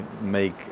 make